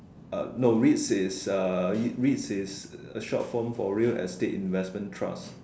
uh no R_E_I_T_S is uh R_E_I_T_S is a short form for real estate investment trust